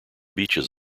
beaches